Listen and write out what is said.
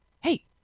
hey